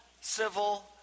civil